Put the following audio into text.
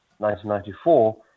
1994